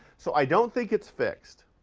so i don't think it's fixed.